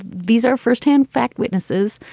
these are firsthand fact witnesses.